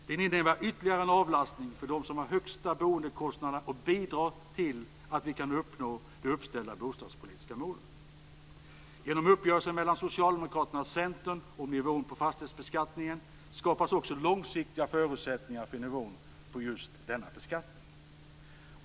Det innebär ytterligare en avlastning för dem som har de högsta boendekostnaderna och bidrar till att vi kan uppnå de uppställda bostadspolitiska målen. Genom uppgörelsen mellan Socialdemokraterna och Centern om nivån på fastighetsbeskattningen skapas också långsiktiga förutsättningar för nivån på just denna beskattning.